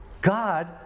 God